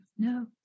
No